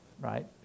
right